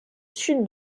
sud